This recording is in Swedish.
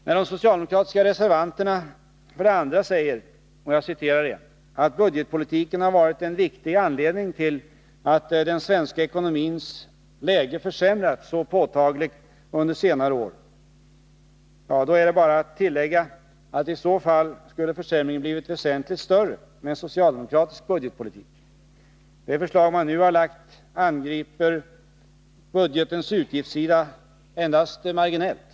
När de socialdemokratiska reservanterna för det andra säger: ”Budgetpolitiken har varit en viktig anledning till att den svenska ekonomins läge försämrats så påtagligt under senare år”, är det bara att tillägga att försämringen i så fall skulle ha blivit väsentligt större med en socialdemokratisk budgetpolitik. Det förslag man nu har lagt fram angriper budgetens utgiftssida endast marginellt.